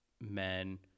men